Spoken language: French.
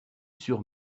sur